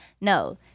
No